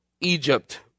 Egypt